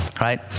right